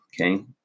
Okay